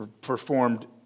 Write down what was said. performed